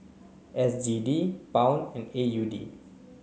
S G D Pound and A U D